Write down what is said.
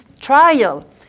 trial